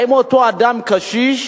האם אותו אדם קשיש